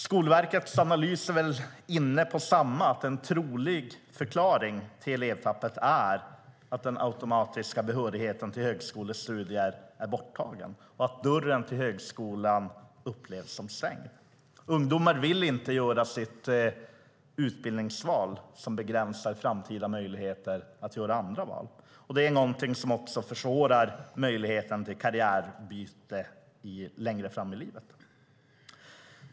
Skolverkets analys är väl inne på detsamma, alltså att en trolig förklaring till elevtappet är att den automatiska behörigheten till högskolestudier är borttagen och att dörren till högskolan upplevs som stängd. Ungdomar vill inte göra ett utbildningsval som begränsar framtida möjligheter att göra andra val. Det är någonting som också försvårar möjligheten till karriärbyte längre fram i livet.